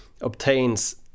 obtains